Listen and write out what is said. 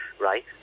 right